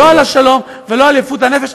לא על השלום ולא על יפוּת הנפש.